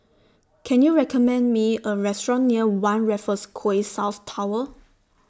Can YOU recommend Me A Restaurant near one Raffles Quay South Tower